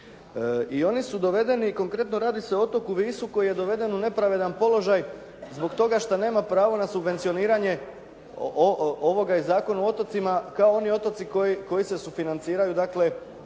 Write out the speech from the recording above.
i oni su dovedeni, konkretno radi se o otoku Visu koji je doveden u nepravedan položaj zbog toga što nema pravo na subvencioniranje ovoga iz Zakona o otocima kao oni otoci koji se sufinanciraju, dakle